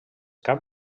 cap